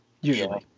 usually